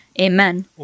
Amen